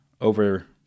over